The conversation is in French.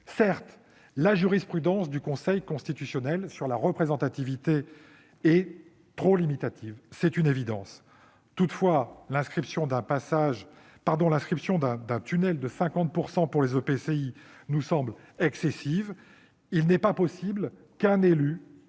Certes, la jurisprudence du Conseil constitutionnel sur la représentativité est trop limitative ; toutefois, l'inscription d'un « tunnel » de 50 % pour les EPCI nous semble excessive. Il n'est pas possible que l'avis